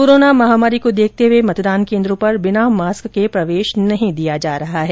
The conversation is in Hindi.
कोरोना महामारी को देखते हुए मतदान केन्द्रों पर बिना मास्क के प्रवेश नहीं दिया जा रहा है